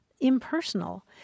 Impersonal